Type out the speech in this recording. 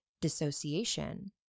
dissociation